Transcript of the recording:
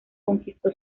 conquistó